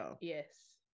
yes